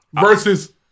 Versus